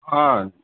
ஆ